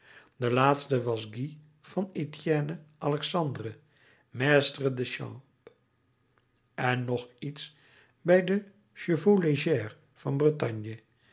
de laatste was guy van etienne alexandre mestre de camp en nog iets bij de chevau légers van bretagne